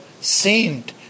saint